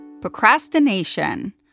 Procrastination